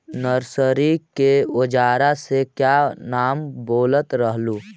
Nursery के ओजार के क्या नाम बोलत रहलू?